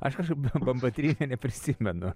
aš kažkaip bambatrynio neprisimenu